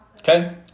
Okay